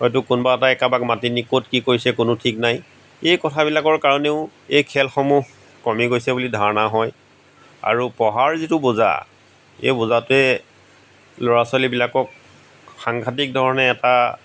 হয়তো কোনোবা এটাই কাৰোবাক মাতি নি ক'ত কি কৰিছে কোনো ঠিক নাই এই কথাবিলাকৰ কাৰণেও এই খেলসমূহ কমি গৈছে বুলি ধাৰণা হয় আৰু পঢ়াৰ যিটো বোজা এই বোজাটোৱে ল'ৰা ছোৱালীবিলাকক সাংঘাটিক ধৰণে এটা